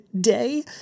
day